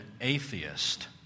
atheist